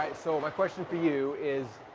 so my question for you is,